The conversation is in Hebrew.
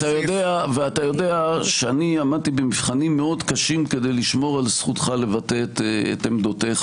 אתה יודע שעמדתי במבחנים מאוד קשים כדי לשמור על זכותך לבטא את עמדותיך,